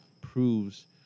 proves –